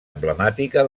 emblemàtica